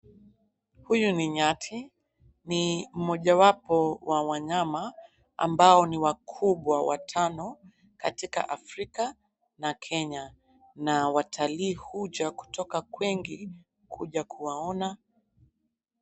Huyu ni nyati. Ni mojawapo wa wanyama ambao ni wakubwa watano katika Afrika na Kenya na watalii huja kutoka kwengi kuwaona.